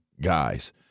guys